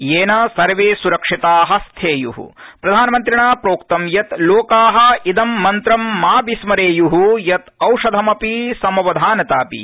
यत्राप्तर्वे सुरक्षिता स्थापूर् प्रधानमन्त्रिणा प्रोक्त यत् लोका इदं मन्त्रं मा विस्मर्प्रि यत् औषधमपि समवधानतापि